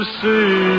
see